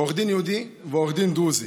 עורך דין יהודי ועורך דין דרוזי